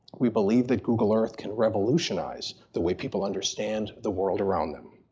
we believe that google earth can revolutionize the way people understand the world around them.